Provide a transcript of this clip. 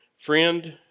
friend